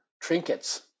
trinkets